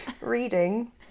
reading